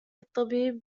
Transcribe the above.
الطبيب